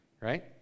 Right